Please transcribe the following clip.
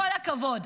כל הכבוד".